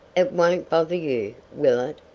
it won't bother you, will it?